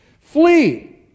flee